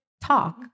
talk